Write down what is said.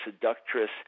seductress